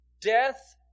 death